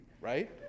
right